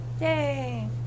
Yay